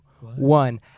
one